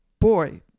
boy